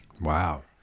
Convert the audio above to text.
Wow